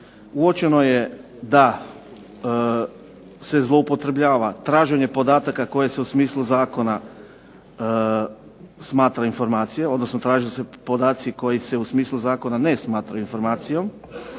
uočeno je da se zloupotrebljava traženje podataka koje se u smislu zakona smatra informacije, odnosno traže se podaci koji se u smislu zakona ne smatraju informacijom,